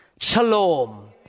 shalom